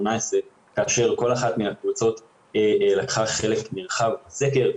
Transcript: כאשר כל אחת מהקבוצות לקחה חלק נרחב בסקר.